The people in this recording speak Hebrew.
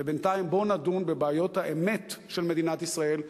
ובינתיים בואו נדון בבעיות האמת של מדינת ישראל,